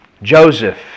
Joseph